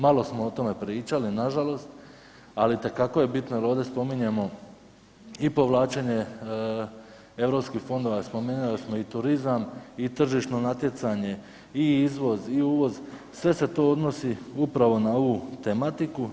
Malo smo o tome pričali nažalost, ali itekako je bitno jer ovdje spominjemo i povlačenje Europskih fondova, spominjali smo i turizam i tržišno natjecanje i izvoz i uvoz, sve se to odnosi upravo na ovu tematiku.